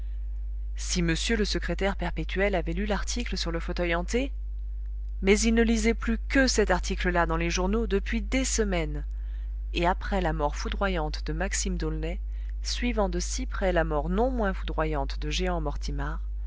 si m le secrétaire perpétuel avait lu l'article sur le fauteuil hanté mais il ne lisait plus que cet article là dans les journaux depuis des semaines et après la mort foudroyante de maxime d'aulnay suivant de si près la mort non moins foudroyante de jehan mortimar